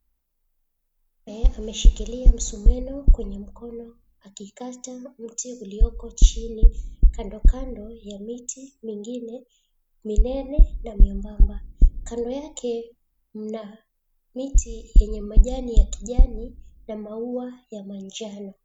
Ameshikilia msumeno kwenye mkono akikata mti ulioko chini kandokando ya miti mingine minene na miyembamba. Kando yake mna miti yenye majani ya kijani na maua ya manjano.